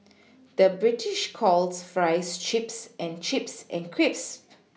the British calls Fries Chips and Chips and Crisps